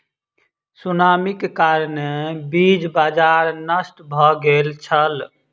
सुनामीक कारणेँ बीज बाजार नष्ट भ गेल छल